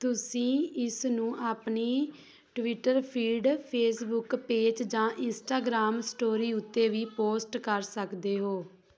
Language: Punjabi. ਤੁਸੀਂ ਇਸ ਨੂੰ ਆਪਣੀ ਟਵਿੱਟਰ ਫੀਡ ਫੇਸਬੁੱਕ ਪੇਜ ਜਾਂ ਇੰਸਟਾਗ੍ਰਾਮ ਸਟੋਰੀ ਉੱਤੇ ਵੀ ਪੋਸਟ ਕਰ ਸਕਦੇ ਹੋ